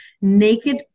naked